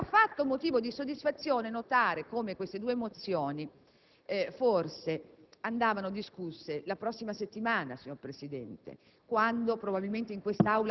di soddisfazione. Non è affatto motivo di soddisfazione, invece, dover notare che queste due mozioni forse andavano discusse la prossima settimana, signor Presidente,